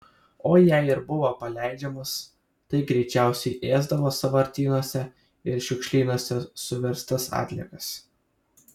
o jei ir buvo paleidžiamos tai greičiausiai ėsdavo sąvartynuose ir šiukšlynuose suverstas atliekas